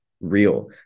real